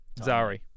Zari